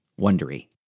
Wondery